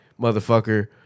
motherfucker